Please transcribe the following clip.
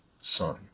Son